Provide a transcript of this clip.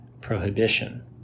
prohibition